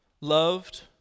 loved